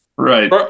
right